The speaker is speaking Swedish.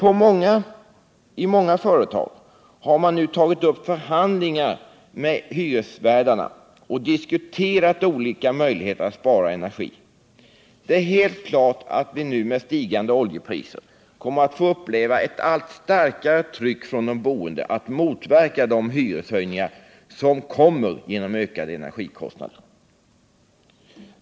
I många föreningar har man tagit upp förhandlingar med hyresvärdarna och diskuterat olika möjligheter att spara energi. Det är helt klart att vi med stigande oljepriser kommer att få uppleva ett allt starkare tryck från de boende i syfte att motverka de prishöjningar som blir följden av ökade energikostnader.